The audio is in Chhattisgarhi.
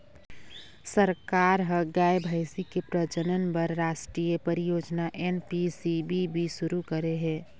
सरकार ह गाय, भइसी के प्रजनन बर रास्टीय परियोजना एन.पी.सी.बी.बी सुरू करे हे